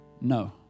No